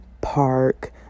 park